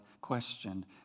questioned